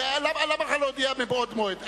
ידוע לי, למה לך להודיע מבעוד מועד?